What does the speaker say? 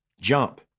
jump